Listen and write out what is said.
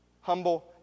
Humble